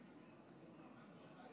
חברי